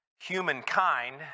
humankind